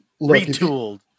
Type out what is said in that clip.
Retooled